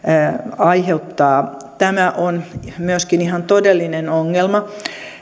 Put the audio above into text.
aiheuttaa tämä on myöskin ihan todellinen ongelma